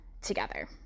together